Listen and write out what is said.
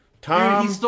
Tom